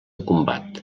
combat